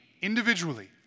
individually